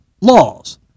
laws